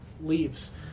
leaves